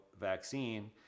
vaccine